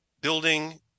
building